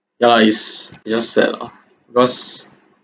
ya it's it's just sad lah because